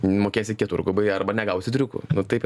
mokėsi keturgubai arba negausi triukų nu taip